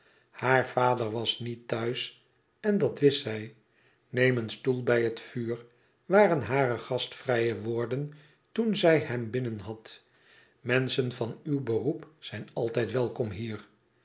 haar vader was niet thuis en dat wist zij ineem een stoel bij het vuur waren hare gastvrije woorden toen zij hem binnen had menschen van uw beroep zijn altijd welkom hier